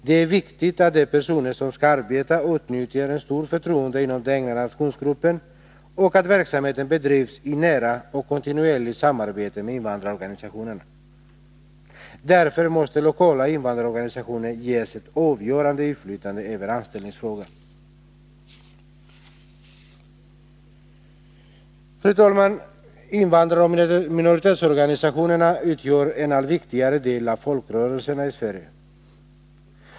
Det är viktigt att de personer som skall arbeta åtnjuter ett stort förtroende inom den egna nationsgruppen och att verksamheten bedrivs i nära och kontinuerligt samarbete med invandrarorganisationerna. Därför måste lokala invandrarorganisationer ges ett avgörande inflytande över anställningsfrågan. Fru talman! Invandraroch minoritetsorganisationerna utgör en allt viktigare del av folkrörelserna i Sverige.